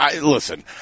listen